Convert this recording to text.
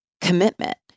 commitment